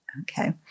Okay